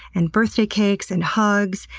and birthday cakes, and hugs,